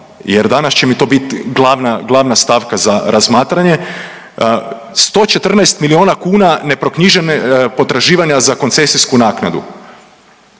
jer danas će mi to biti glavna stavka za razmatranje. 114 milijuna kuna neproknjižene, potraživanja za koncesijsku naknadu.